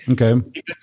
Okay